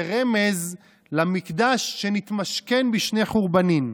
זה רמז למקדש שנתמשכן בשני חורבנים.